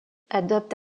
adopte